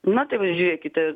na tai vat žiūrėkite